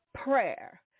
prayer